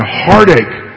heartache